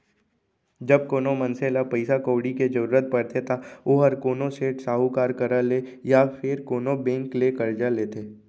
जब कोनो मनसे ल पइसा कउड़ी के जरूरत परथे त ओहर कोनो सेठ, साहूकार करा ले या फेर कोनो बेंक ले करजा लेथे